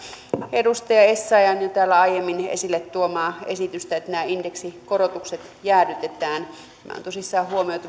edustaja essayahn jo täällä aiemmin esille tuomaa esitystä että nämä indeksikorotukset jäädytetään nämä on tosissaan huomioitu